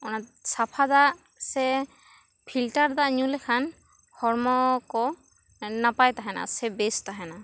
ᱚᱱᱟ ᱥᱟᱯᱷᱟ ᱫᱟᱜ ᱥᱮ ᱯᱷᱤᱞᱴᱟᱨ ᱫᱟᱜ ᱧᱩ ᱞᱮᱠᱷᱟᱱ ᱦᱚᱲᱢᱚ ᱠᱚ ᱱᱟᱯᱟᱭ ᱛᱟᱦᱮᱱᱟ ᱥᱮ ᱵᱮᱥ ᱛᱟᱦᱮᱱᱟ